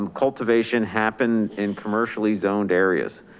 um cultivation happen in commercially zoned areas,